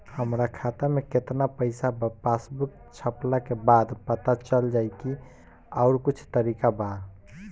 हमरा खाता में केतना पइसा बा पासबुक छपला के बाद पता चल जाई कि आउर कुछ तरिका बा?